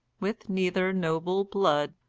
with neither noble blood,